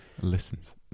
listens